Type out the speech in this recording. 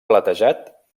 platejat